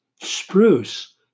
spruce